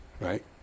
Right